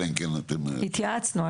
התייעצנו.